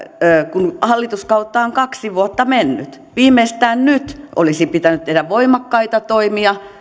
kun hallituskautta on kaksi vuotta mennyt viimeistään nyt olisi pitänyt tehdä voimakkaita toimia